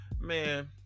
Man